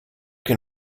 can